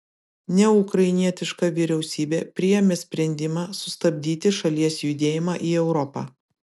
neukrainietiška vyriausybė priėmė sprendimą sustabdyti šalies judėjimą į europą